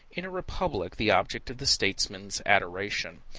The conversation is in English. in a republic, the object of the statesman's adoration.